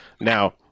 Now